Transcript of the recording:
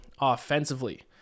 offensively